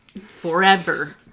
Forever